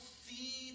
see